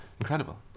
Incredible